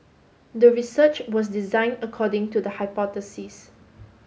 the research was designed according to the hypothesis